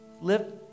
live